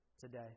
today